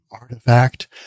artifact